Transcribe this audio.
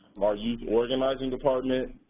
our youth organizing department,